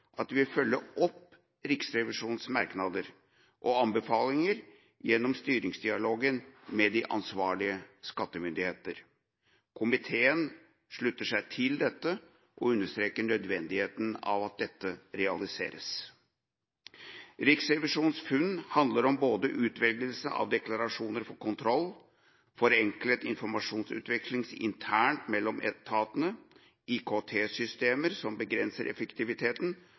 at de vil følge opp Riksrevisjonens merknader og anbefalinger gjennom styringsdialogen med de ansvarlige skattemyndigheter. Komiteen slutter seg til dette og understreker nødvendigheten av at dette realiseres. Riksrevisjonens funn handler om både utvelgelse av deklarasjoner for kontroll, forenklet informasjonsutveksling internt og mellom etatene, IKT-systemer som begrenser effektiviteten,